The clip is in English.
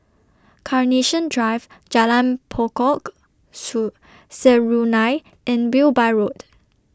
Carnation Drive Jalan Pokok Serunai and Wilby Road